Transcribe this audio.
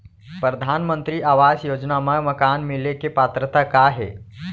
परधानमंतरी आवास योजना मा मकान मिले के पात्रता का हे?